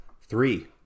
three